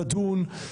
תדון,